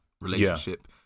relationship